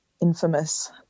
infamous